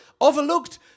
overlooked